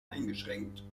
eingeschränkt